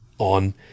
On